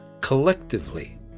collectively